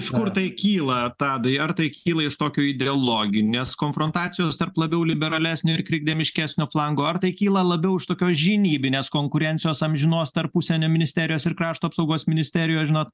iš kur tai kyla tadai ar tai kyla iš tokio ideologinės konfrontacijos tarp labiau liberalesnio ir krikdemiškesnio flango ar tai kyla labiau iš tokios žinybinės konkurencijos amžinos tarp užsienio ministerijos ir krašto apsaugos ministerijos žinot